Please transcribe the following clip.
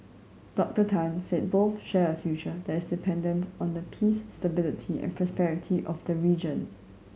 Doctor Tan said both share a future that is dependent on the peace stability and prosperity of the region